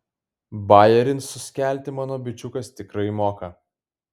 bajerį suskelti mano bičiukas tikrai moka